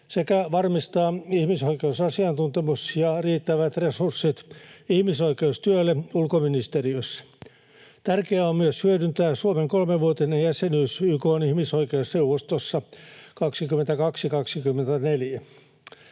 sekä varmistaa ihmisoikeusasiantuntemus ja riittävät resurssit ihmisoikeustyölle ulkoministeriössä. Tärkeää on myös hyödyntää Suomen kolmevuotinen jäsenyys YK:n ihmisoikeusneuvostossa vuosina